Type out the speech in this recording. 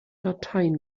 dateien